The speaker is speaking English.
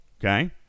Okay